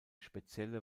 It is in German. spezielle